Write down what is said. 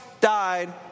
died